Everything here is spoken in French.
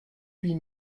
huit